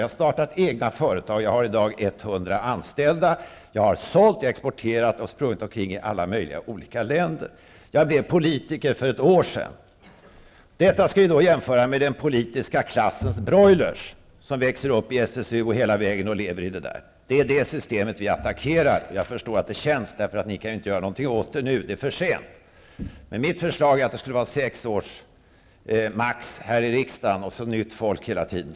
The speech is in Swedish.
Jag har startat egna företag, jag har i dag 100 anställda, och jag har sålt, exporterat och sprungit omkring i alla möjliga olika länder. Jag blev politiker för ett år sedan. Detta skall vi då jämföra med den politiska klassens broilers som växer upp i SSU. Det är det systemet vi attackerar. Jag förstår att det känns, eftersom ni inte kan göra något åt det. Det är för sent. Mitt förslag är att man skulle få sitta maximalt sex år i riksdagen. Då skulle det hela tiden komma in nytt folk här.